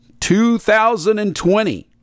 2020